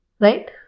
right